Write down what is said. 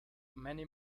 many